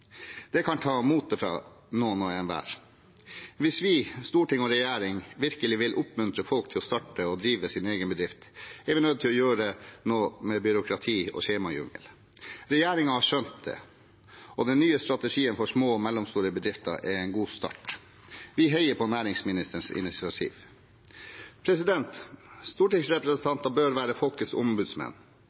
Det kan ta motet fra noen hver. Hvis vi, storting og regjering, virkelig vil oppmuntre folk til å starte og drive sin egen bedrift, er vi nødt til å gjøre noe med byråkrati og skjemajungel. Regjeringen har skjønt dette, og den nye strategien for små og mellomstore bedrifter er en god start. Vi heier på næringsministerens initiativ. Stortingsrepresentanter bør være folkets ombudsmenn.